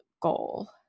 goal